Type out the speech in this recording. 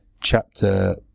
chapter